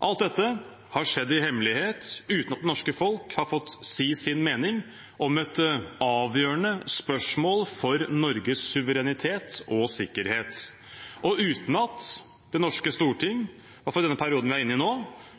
Alt dette har skjedd i hemmelighet, uten at det norske folk har fått si sin mening om et avgjørende spørsmål for Norges suverenitet og sikkerhet, og uten at Det norske storting, i hvert fall i den perioden vi er inne i nå,